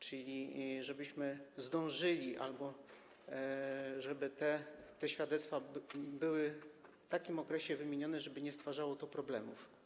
Czyli chodzi o to, żebyśmy zdążyli albo żeby te świadectwa były w takim okresie wymienione, aby nie stwarzało to problemów.